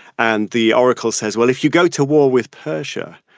and the oracle says, well, if you go to war with persia,